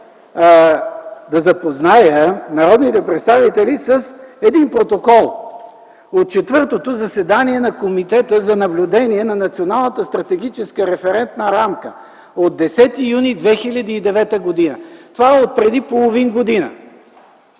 да запозная народните представители с един протокол от четвъртото заседание на Комитета за наблюдение на Националната стратегическа референтна рамка от 10 юни 2009 г. Това е отпреди половин година.